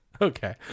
Okay